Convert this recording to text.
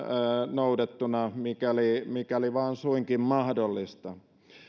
noudettuna mikäli mikäli vain suinkin mahdollista